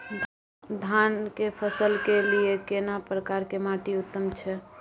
धान की फसल के लिये केना प्रकार के माटी उत्तम छै?